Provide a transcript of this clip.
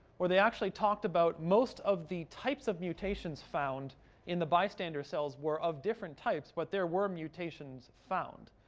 where they actually talked about most of the types of mutations found in the bystander cells were of different types. but there were mutations found,